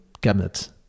cabinets